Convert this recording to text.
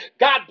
God